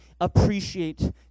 appreciate